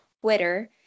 Twitter